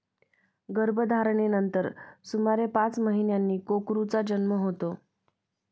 गर्भधारणेनंतर सुमारे पाच महिन्यांनी कोकरूचा जन्म होतो